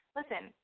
listen –